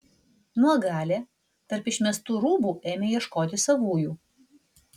nuogalė tarp išmestų rūbų ėmė ieškoti savųjų